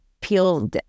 peel